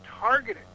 targeted